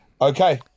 Okay